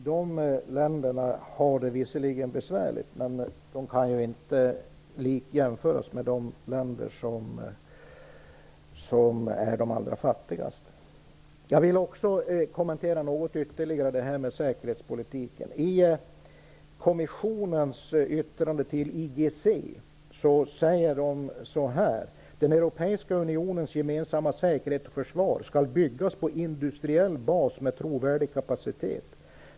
De länderna har det visserligen besvärligt, men de kan inte jämföras med de länder som är de allra fattigaste. Jag vill något ytterligare kommentera säkerhetspolitiken. I kommissionens yttrande till IGC säger man så här: Den europeiska unionens gemensamma säkerhet och försvar skall byggas på industriell bas med trovärdig kapacitet.